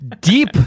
deep